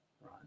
right